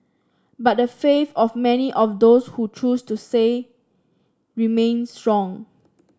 but the faith of many of those who choose to say remain strong